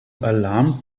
alarmed